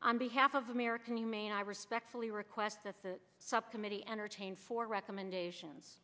on behalf of american humane i respectfully request that the subcommittee entertain for recommendations